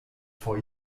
vor